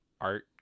art